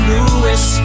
Lewis